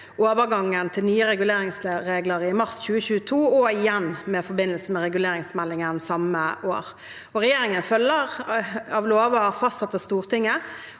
overgangen til nye reguleringsregler i mars 2022 og i forbindelse med reguleringsmeldingen det samme året. Regjeringen følger lover som er fastsatt av Stortinget,